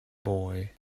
boy